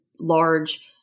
large